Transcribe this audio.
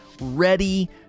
ready